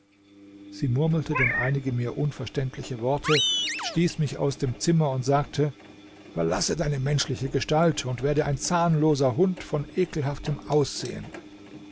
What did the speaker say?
sie murmelte dann einige mir unverständliche worte stieß mich aus dem zimmer und sagte verlasse deine menschliche gestalt und werde ein zahnloser hund von ekelhaftem aussehen